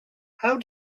how